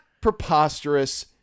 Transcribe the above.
preposterous